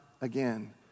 again